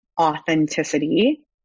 authenticity